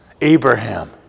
Abraham